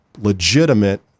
legitimate